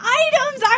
items